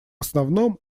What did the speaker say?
основном